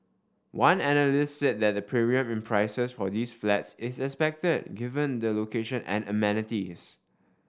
one analyst said that the premium in prices for these flats is expected given the location and amenities